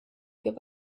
give